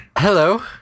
Hello